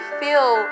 feel